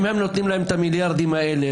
אם הם נותנים להם את המיליארדים האלה,